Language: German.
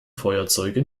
feuerzeuge